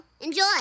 Enjoy